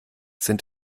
sind